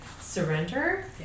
surrender